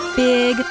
big